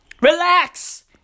Relax